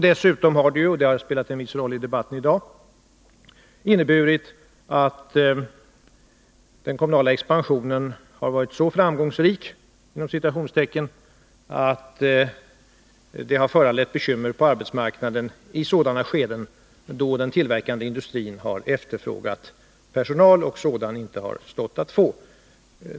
Dessutom har det — och det har spelat en viss roll i debatten i dag — inneburit att den kommunala expansionen har varit så ”framgångsrik” att det har föranlett bekymmer på arbetsmarknaden i sådana skeden då den tillverkande industrin har efterfrågat personal och sådan inte stått att få.